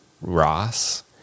ross